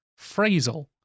Phrasal